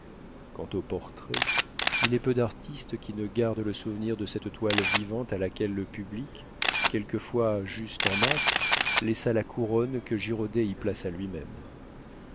quant au portrait il est peu d'artistes qui ne gardent le souvenir de cette toile vivante à laquelle le public quelquefois juste en masse laissa la couronne que girodet y plaça lui-même